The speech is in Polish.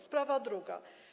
Sprawa druga.